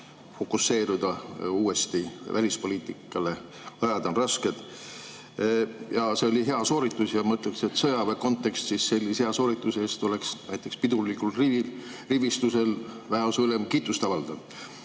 fokuseeruda uuesti välispoliitikale, ajad on rasked. Ja see oli hea sooritus, ma ütleksin, et sõjaväes oleks sellise hea soorituse eest pidulikul rivistusel väeosa ülem kiitust avaldanud.